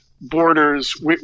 borders